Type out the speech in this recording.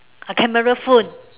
a camera phone